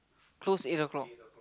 close eight o'clock